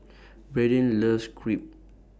Braiden loves Crepe